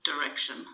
direction